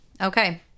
okay